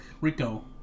Rico